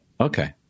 okay